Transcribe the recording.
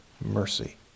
mercy